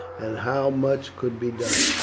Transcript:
and how much could be done.